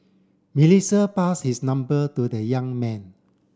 Melissa pass his number to the young man